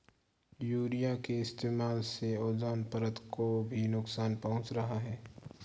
urea के इस्तेमाल से ओजोन परत को भी नुकसान पहुंच रहा है